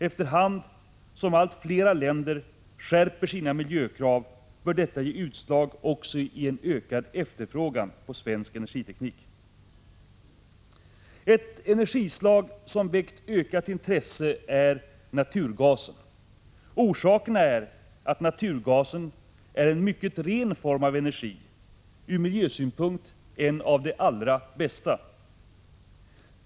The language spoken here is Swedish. Efter hand som allt flera länder skärper sina miljökrav bör detta ge utslag också i en ökad efterfrågan på svensk energiteknik. Ett energislag som väckt ökat intresse är naturgasen. Orsaken är bl.a. att naturgasen är en mycket ren form av energi, från miljösynpunkt en av de allra bästa.